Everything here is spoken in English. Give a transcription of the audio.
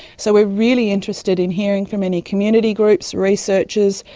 so we're really interested in hearing from any community groups, researchers,